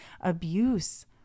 abuse